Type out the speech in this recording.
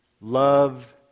love